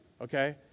okay